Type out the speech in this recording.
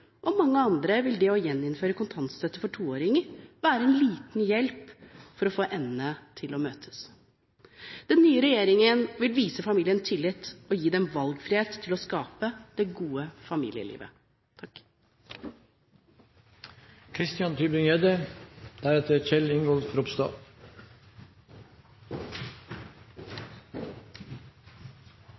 og mange andre – vil det å gjeninnføre kontantstøtte for toåringer være en liten hjelp for å få endene til å møtes. Den nye regjeringen vil vise familien tillit og gi dem valgfrihet til å skape det gode familielivet.